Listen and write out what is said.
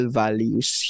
values